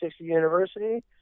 University